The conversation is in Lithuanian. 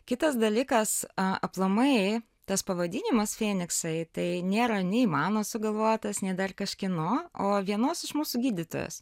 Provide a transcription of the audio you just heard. kitas dalykas aplamai tas pavadinimas feniksai tai nėra nei mano sugalvotas ne dar kažkieno o vienos iš mūsų gydytojos